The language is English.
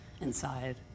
inside